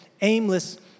aimless